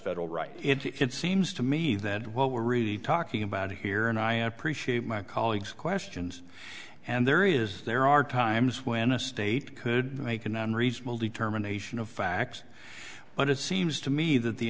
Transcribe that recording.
right it seems to me that what we're really talking about here and i appreciate my colleagues questions and there is there are times when a state could make an unreasonable determination of facts when it seems to me that the